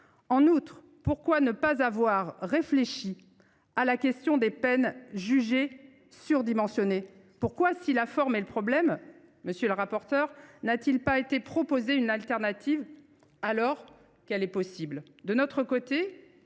En outre, pourquoi ne pas avoir réfléchi à la question des peines, jugées surdimensionnées ? Pourquoi, si la forme est le problème, monsieur le rapporteur, n’a t il pas été proposé une solution de substitution,